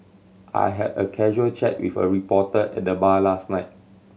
I had a casual chat with a reporter at the bar last night